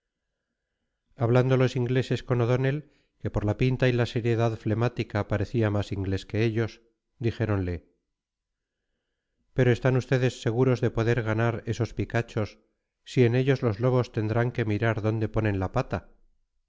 hablando los ingleses con o donnell que por la pinta y la seriedad flemática parecía más inglés que ellos dijéronle pero están ustedes seguros de poder ganar esos picachos si en ellos los lobos tendrán que mirar dónde ponen la pata